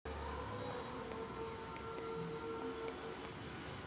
दुकानातून बियानं घेतानी कोनची काळजी घ्या लागते?